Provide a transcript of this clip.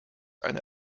eine